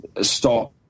stop